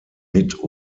mit